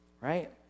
right